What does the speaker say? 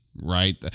right